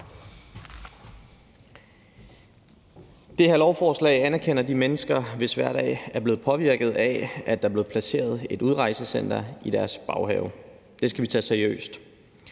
Det her lovforslag anerkender de mennesker, hvis hverdag er blevet påvirket af, at der er blevet placeret et udrejsecenter i deres baghave. Det skal vi tage seriøst.